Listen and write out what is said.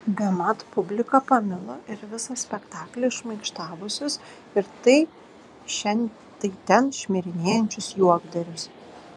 bemat publika pamilo ir visą spektaklį šmaikštavusius ir tai šen tai ten šmirinėjančius juokdarius